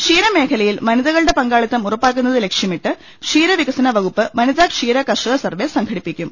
ക്ഷീരമേഖലയിൽ വനിതകളുടെ പങ്കാളിത്തം ഉറപ്പാക്കുന്നത് ലക്ഷ്യമിട്ട് ക്ഷീര വികസന വകുപ്പ് വനിതാ ക്ഷീര കർഷക സർവെ സംഘടിപ്പിക്കും